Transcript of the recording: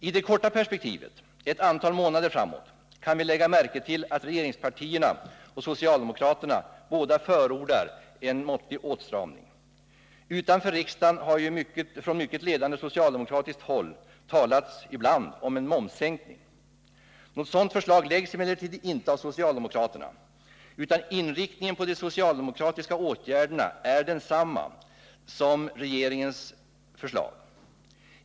I det korta tidsperspektivet, ett antal månader framåt, kan vi lägga märke till att både regeringspartierna och socialdemokraterna förordar en måttlig åtstramning. Utanför riksdagen har ju från ledande socialdemokratiskt håll ibland talats om en momssänkning. Något sådant förslag läggs emellertid inte fram av socialdemokraterna, utan inriktningen på de socialdemokratiska åtgärderna är densamma som för regeringen.